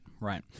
Right